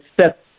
set